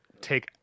take